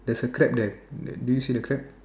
there's a crab there do you see the crab